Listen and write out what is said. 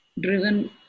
driven